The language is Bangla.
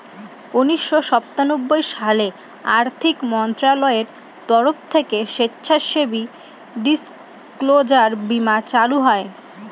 উনিশশো সাতানব্বই সালে আর্থিক মন্ত্রণালয়ের তরফ থেকে স্বেচ্ছাসেবী ডিসক্লোজার বীমা চালু হয়